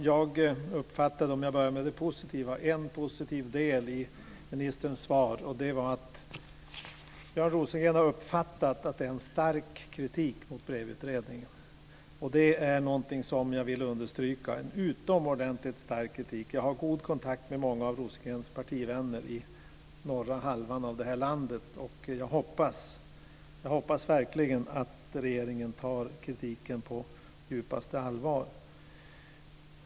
Fru talman! Låt mig börja med det positiva. Jag uppfattade en positiv del i ministerns svar, och det var att Björn Rosengren har uppfattat att det finns en stark kritik mot BREV-utredningen. Det är någonting som jag vill understryka. Det finns en utomordentligt stark kritik. Jag har god kontakt med många av Björn Rosengrens partivänner i norra halvan av det här landet. Jag hoppas verkligen att regeringen tar kritiken på djupaste allvar.